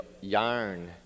yarn